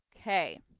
Okay